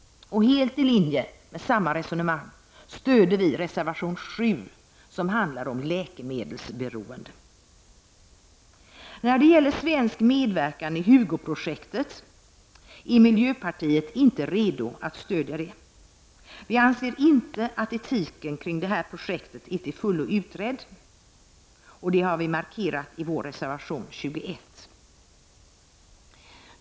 Helt i linje med detta resonemang stöder vi reservation 7, som handlar om läkemedelsberoende. Svensk medverkan i HUGO-projektet är miljöpartiet inte redo att stödja. Vi anser inte att etiken kring detta projekt är till fullo utredd, vilket vi också har markerat i vår reservation 21.